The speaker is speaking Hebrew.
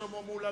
שלמה מולה,